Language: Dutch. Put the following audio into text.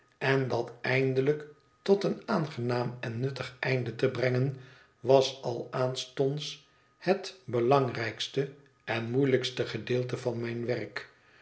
en dat eindelijk tot een aangenaam en nuttig einde te brengen was al aanstonds het belangrijkste en moeilijkste gedeelte van mijn werk